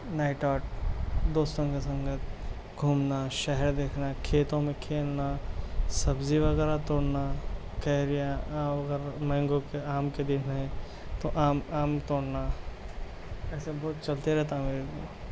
نئے ٹاٹ دوستوں کے سنگت گھومنا شہر دیکھنا کھیتوں میں کھیلنا سبزی وغیرہ توڑنا کیریا اور اگر مینگو کے آم کے دن ہیں تو آم آم توڑنا ایسا بہت چلتے رہتا ہے میرے